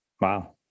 Wow